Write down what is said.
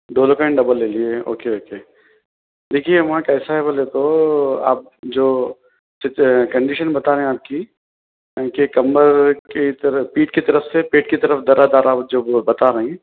لے لیے او کے اوکے دیکھیے وہاں کیسا ہے بولے تو آپ جو کنڈیشن بتا رہے ہیں آپ کی کہ کمر کی طرف پیٹھ کی طرف سے پیٹ کی طرف درد آ رہا ہے جو وہ بتا رہیں